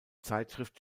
zeitschrift